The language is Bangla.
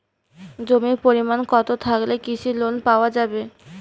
জমির পরিমাণ কতো থাকলে কৃষি লোন পাওয়া যাবে?